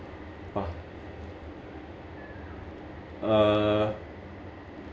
oh uh